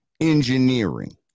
Engineering